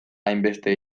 hainbeste